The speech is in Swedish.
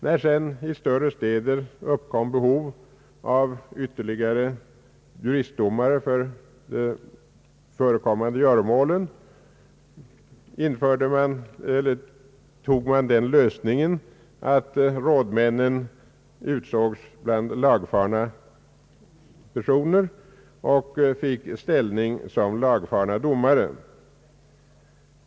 När sedan i större städer uppkom behov av ytterligare juristdomare för förekommande göromål, tog man den lösningen att rådmännen utsågs bland lagfarna personer och fick ställning som lagfarna domare.